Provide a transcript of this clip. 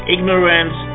Ignorance